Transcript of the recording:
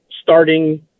starting